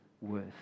worth